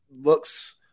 looks